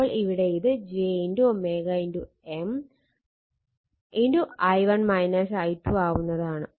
അപ്പോൾ ഇവിടെ ഇത് j M ആവുന്നതാണ്